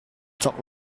cawk